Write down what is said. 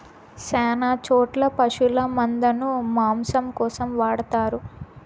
శ్యాన చోట్ల పశుల మందను మాంసం కోసం వాడతారు